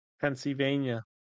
Pennsylvania